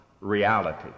reality